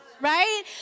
Right